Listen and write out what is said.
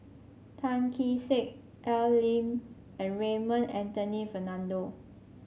Tan Kee Sek Al Lim and Raymond Anthony Fernando